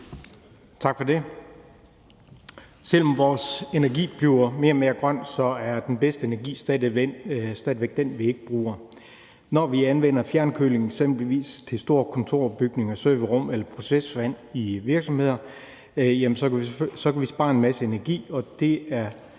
Tak for det. Selv om vores energi bliver mere og mere grøn, er den bedste energi stadig væk den, vi ikke bruger. Når vi anvender fjernkøling til eksempelvis store kontorbygninger, serverrum eller procesvand i virksomheder, kan vi spare en masse energi, og det er